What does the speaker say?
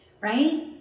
right